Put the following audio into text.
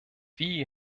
wie